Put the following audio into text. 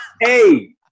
Hey